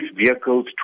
vehicles